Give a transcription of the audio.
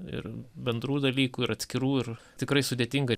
ir bendrų dalykų ir atskirų ir tikrai sudėtinga